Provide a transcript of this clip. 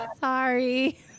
sorry